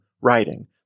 writing